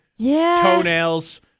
toenails